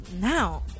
now